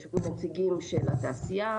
ישבו נציגים של התעשייה,